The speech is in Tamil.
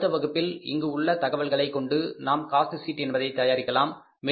ஆனால் அடுத்த வகுப்பில் இங்கு உள்ள தகவல்களை கொண்டு நாம் காஸ்ட் ஷீட் என்பதை தயாரிக்கலாம்